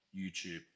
YouTube